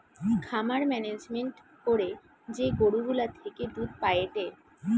খামার মেনেজমেন্ট করে যে গরু গুলা থেকে দুধ পায়েটে